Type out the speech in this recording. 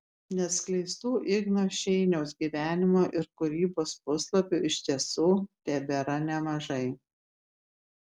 neatskleistų igno šeiniaus gyvenimo ir kūrybos puslapių iš tiesų tebėra nemažai